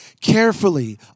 carefully